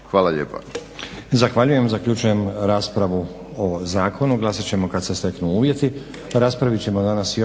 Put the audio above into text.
Hvala lijepa.